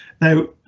Now